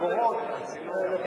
את האגורות,